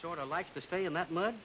sort of like to stay in that mu